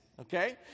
okay